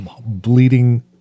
Bleeding